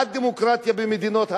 בעד דמוקרטיה במדינות הערביות,